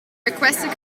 requested